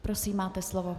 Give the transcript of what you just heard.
Prosím, máte slovo.